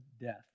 death